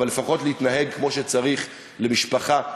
אבל לפחות להתנהג כמו שצריך אל המשפחה,